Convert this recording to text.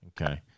Okay